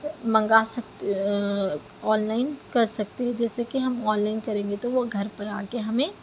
منگا سکتے online کر سکتے ہیں جیسے کہ ہم آن لائن کریں گے تو گھر پر آ کے ہمیں